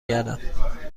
گردم